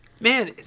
Man